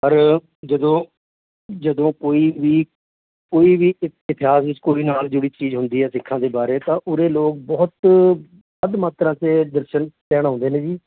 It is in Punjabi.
ਪਰ ਜਦੋਂ ਜਦੋਂ ਕੋਈ ਵੀ ਕੋਈ ਵੀ ਇ ਇਤਿਹਾਸ ਵਿੱਚ ਕੋਈ ਨਾਲ ਜੁੜੀ ਚੀਜ਼ ਹੁੰਦੀ ਹੈ ਸਿੱਖਾਂ ਦੇ ਬਾਰੇ ਤਾਂ ਉਰੇ ਲੋਕ ਬਹੁਤ ਵਧ ਮਾਤਰਾ 'ਚ ਦਰਸ਼ਨ ਲੈਣ ਆਉਂਦੇ ਨੇ ਜੀ